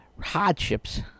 hardships